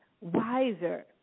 wiser